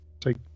take